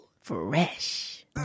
Fresh